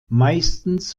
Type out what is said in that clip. meistens